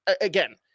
again